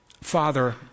Father